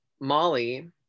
molly